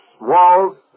walls